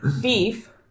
beef